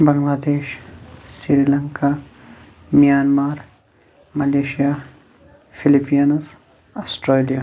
Bangladesh sri Lanka Myanmar Malaysia Philippines Australia